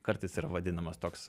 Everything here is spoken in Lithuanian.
kartais yra vadinamas toks